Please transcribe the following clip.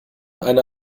eine